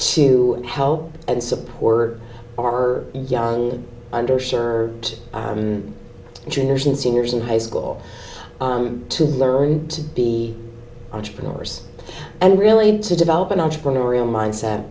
to help and support our young undershirt juniors and seniors in high school to learn to be entrepreneurs and really to develop an entrepreneurial mindset